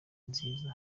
nziza